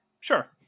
Sure